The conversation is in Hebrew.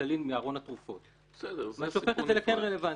ריטלין מארון התרופות -- זה סיפור נפרד.